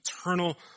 eternal